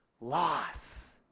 loss